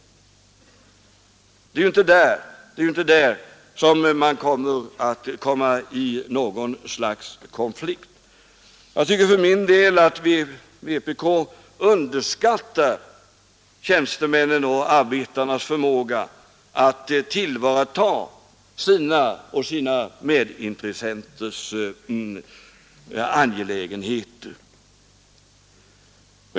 Det är inte på den punkten man kommer att hamna i något slags konflikt. Jag tycker att vpk underskattar tjänstemännens och arbetarnas förmåga att handha sina och sina medintressenters angelägenheter.